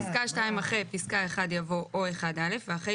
" (2)בפסקה (2) אחרי "פסקה(1) יבוא "או (1א) ואחרי